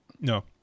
No